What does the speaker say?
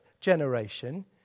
generation